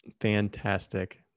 Fantastic